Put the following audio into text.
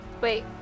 Wait